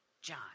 John